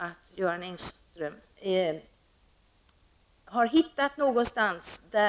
Om Göran Engström finner